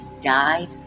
dive